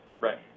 Right